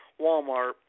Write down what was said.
Walmart